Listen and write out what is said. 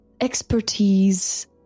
expertise